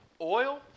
oil